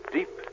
Deep